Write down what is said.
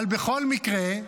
אבל בכל מקרה,